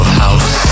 house